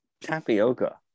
Tapioca